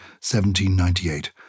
1798